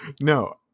No